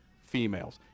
females